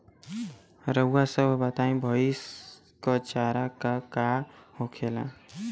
रउआ सभ बताई भईस क चारा का का होखेला?